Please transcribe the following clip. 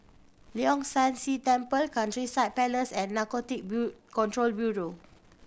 Leong San See Temple Countryside Place and Narcotics Control Bureau